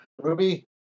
Ruby